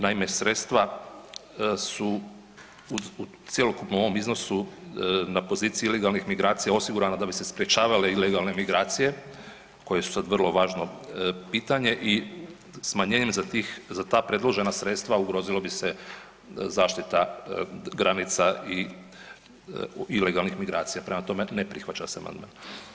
Naime, sredstva su u cjelokupnom ovom iznosu na poziciji ilegalnih migracija osigurano da bi se sprečavanje ilegalne migracije koje su sada vrlo važno pitanje i smanjenjem za ta predložena sredstva ugrozila bi se zaštita granica i ilegalnih migracija, prema tome ne prihvaća se amandman.